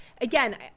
again